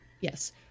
Yes